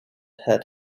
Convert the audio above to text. had